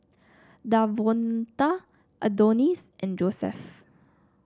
Davonta Adonis and Josef